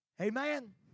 Amen